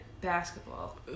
basketball